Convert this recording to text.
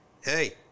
hey